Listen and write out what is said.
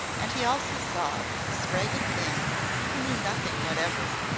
and he also saw that this ragged thing who knew nothing whatever,